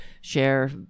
share